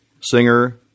singer